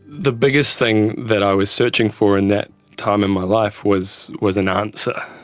the biggest thing that i was searching for in that time in my life was was an answer,